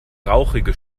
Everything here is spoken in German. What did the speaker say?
rauchige